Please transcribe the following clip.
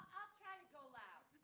i'll try to go loud.